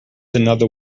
another